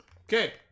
Okay